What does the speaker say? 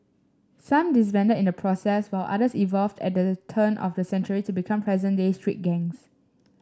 some disbanded in the process while others evolved at the turn of the century to become present day street gangs